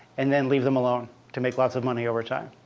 and then leave them alone to make lots of money over time.